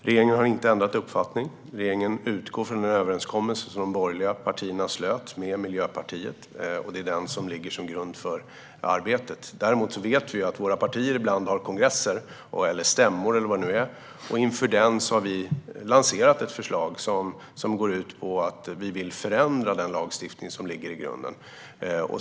Fru talman! Regeringen har inte ändrat uppfattning. Regeringen utgår från den överenskommelse som de borgerliga partierna slöt med Miljöpartiet, och den ligger som grund för arbetet. Som vi vet har partier ibland kongresser, stämmor och liknande, och inför vår har vi lanserat ett förslag som går ut på att vi vill förändra denna lagstiftning.